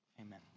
amen